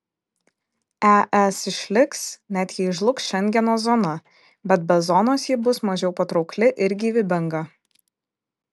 es išliks net jei žlugs šengeno zona bet be zonos ji bus mažiau patraukli ir gyvybinga